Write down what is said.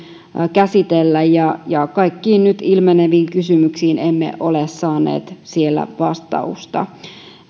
käsitellä ja ja kaikkiin nyt ilmeneviin kysymyksiin emme ole saaneet siellä vastausta